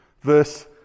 Verse